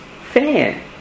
fair